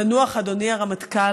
תנוח, אדוני הרמטכ"ל.